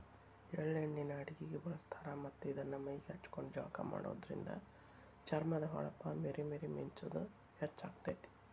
ಎಳ್ಳ ಎಣ್ಣಿನ ಅಡಗಿಗೆ ಬಳಸ್ತಾರ ಮತ್ತ್ ಇದನ್ನ ಮೈಗೆ ಹಚ್ಕೊಂಡು ಜಳಕ ಮಾಡೋದ್ರಿಂದ ಚರ್ಮದ ಹೊಳಪ ಮೇರಿ ಮೇರಿ ಮಿಂಚುದ ಹೆಚ್ಚಾಗ್ತೇತಿ